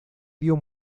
dio